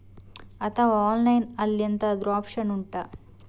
ಅಥವಾ ಆನ್ಲೈನ್ ಅಲ್ಲಿ ಎಂತಾದ್ರೂ ಒಪ್ಶನ್ ಉಂಟಾ